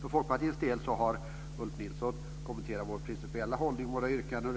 För Folkpartiets del har Ulf Nilsson kommenterat vår principiella hållning och våra yrkanden.